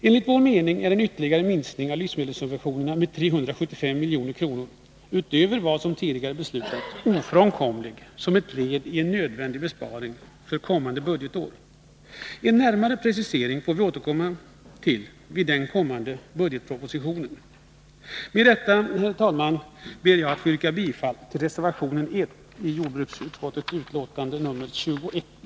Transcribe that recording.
Enligt vår mening är en ytterligare minskning av livsmedelssubventionerna med 375 milj.kr. utöver vad som tidigare beslutats ofrånkomlig såsom ett led i nödvändiga besparingar för kommande budgetår. En närmare precisering får vi återkomma till i samband med den kommande budgetpropositionen. 183 Med detta, herr talman, ber jag att få yrka bifall till reservationen 1 i jordbruksutskottets betänkande nr 21.